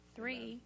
Three